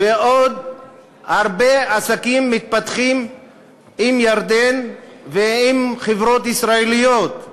ועוד הרבה עסקים מתפתחים עם ירדן ועם חברות ישראליות.